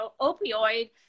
opioid